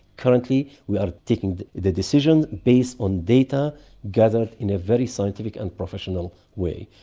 currently we are taking the decisions based on data gathered in a very scientific and professional way,